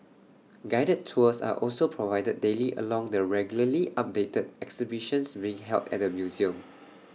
guided tours are also provided daily along the regularly updated exhibitions being held at the museum